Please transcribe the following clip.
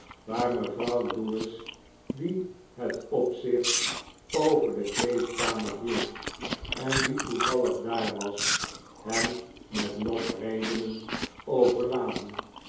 waar mevrouw lewis die het opzicht over de kleedkamer hield en die toevallig daar was hem met lofredenen overlaadde